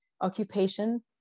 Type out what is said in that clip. occupation